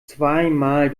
zweimal